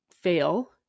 fail